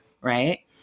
right